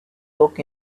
lock